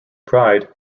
pride